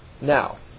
Now